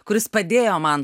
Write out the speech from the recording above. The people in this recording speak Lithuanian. kuris padėjo man